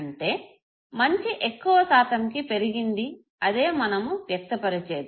అంటే మంచి ఎక్కువ శాతంకి పెరిగింది అదే మనము వ్యక్తపరిచేది